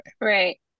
Right